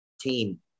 team